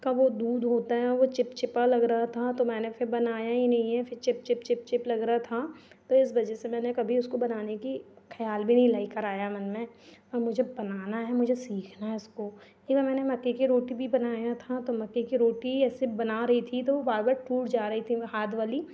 का वह दूध होता है वह चिपचिपा लग रहा था तो मैंने फिर बनाया ही नहीं है फिर चिपचिप चिपचिप लग रहा था तो इस वजह से मैंने कभी उसको बनाने की ख़याल भी नहीं लेकर आया मन में और मुझे बनाना है मुझे सीखना है इसको एक बार मैंने मक्के की रोटी भी बनाया था तो मक्के की रोटी ऐसे बना रही थी तो वह बार बार टूट जा रही थी हाथ वाली